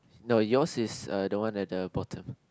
no yours is the one at the bottom